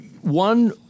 One